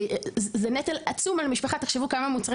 זה נטל עצום על משפחה תחשבו כמה מוצרי